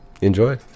Enjoy